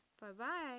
bye-bye